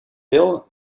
bill